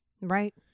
Right